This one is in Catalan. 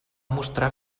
mostrar